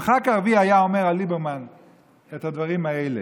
אם ח"כ ערבי היה אומר על ליברמן את הדברים האלה,